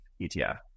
etf